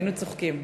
היינו צוחקים.